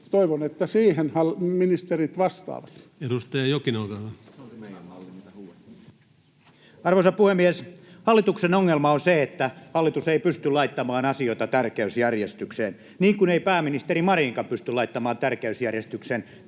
vp) täydentämisestä Time: 11:11 Content: Arvoisa puhemies! Hallituksen ongelma on se, että hallitus ei pysty laittamaan asioita tärkeysjärjestykseen, niin kuin ei pääministeri Marinkaan pysty laittamaan tärkeysjärjestykseen.